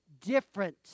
different